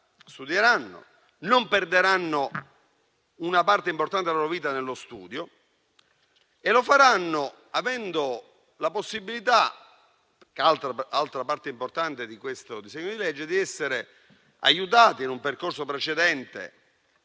studieranno, non perderanno una parte importante della loro vita e dello studio e lo faranno avendo la possibilità - altra parte importante del disegno di legge - di essere aiutati anche in un percorso precedente,